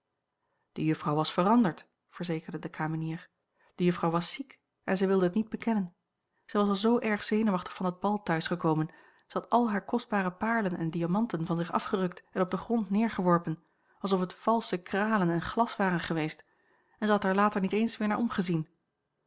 de juifrouw was veranderd verzekerde de kamenier de juffrouw was ziek en zij wilde het niet bekennen zij was al zoo erg zenuwachtig van dat bal thuis gekomen ze had al hare kostbare paarlen en diamanten van zich afgerukt en op den grond neergeworpen alsof het valsche kralen en glas waren geweest en zij had er later niet eens weer naar omgezien